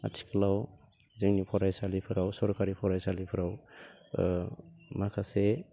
आथिखालाव जोंनि फरायसालिफोराव सरखारि फरायसालिफोराव माखासे